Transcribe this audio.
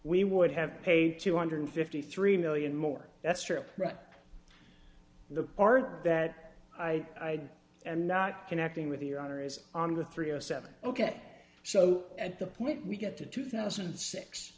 we would have paid two hundred and fifty three million dollars more that's true right the part that i am not connecting with your honor is on the three o seven ok so at the point we get to two thousand and six